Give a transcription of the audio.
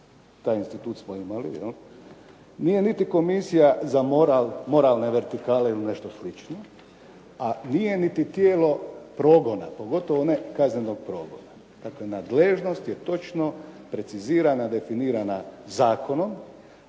taj institut smo imali, nije niti komisija za moralne vertikale ili nešto slično, a nije niti tijelo progona, pogotovo ne kaznenog progona. Dakle, nadležnost je točno precizirana, definirana zakonom,